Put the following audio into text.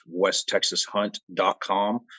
westtexashunt.com